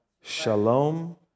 Shalom